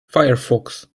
firefox